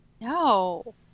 No